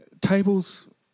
tables